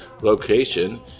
location